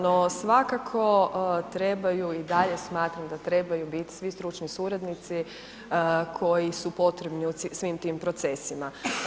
No svakako trebaju i dalje smatram da trebaju biti svi stručni suradnici koji su potrebni u svim tim procesima.